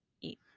eat